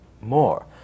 more